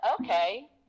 okay